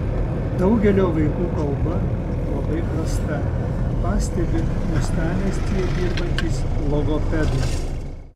daugelio vaikų kalba labai prasta pastebi uostamiestyje dirbantys logopedai